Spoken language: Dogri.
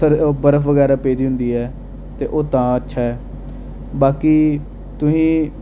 ब बर्फ बगैरे पेदी होंदी ऐ ते ओह् तां अच्छा ऐ बाकी तुस